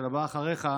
של הבא אחריך,